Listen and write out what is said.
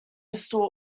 restore